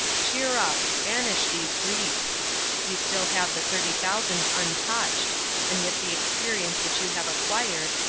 cheer up, banish these griefs we still have the thirty thousand untouched and with the experience which you have acquired,